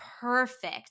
perfect